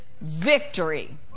victory